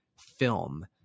film